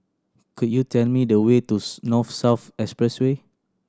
could you tell me the way to North South Expressway